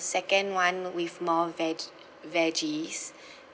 second one with more veg~ veggies